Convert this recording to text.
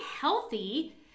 healthy